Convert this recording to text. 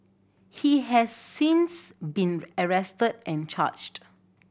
he has since been arrested and charged